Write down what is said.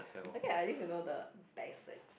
okay ah at least you know the basic